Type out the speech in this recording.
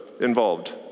involved